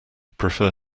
prefer